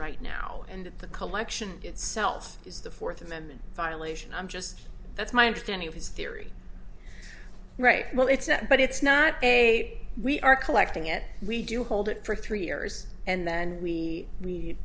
right now and the collection itself is the fourth amendment violation i'm just that's my understanding of his theory right well it's not but it's not a we are collecting it we do hold it for three years and then we